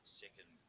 second